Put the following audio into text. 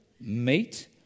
meet